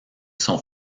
son